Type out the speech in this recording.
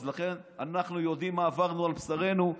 אז לכן אנחנו יודעים מה עברנו על בשרנו,